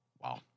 Wow